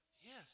Yes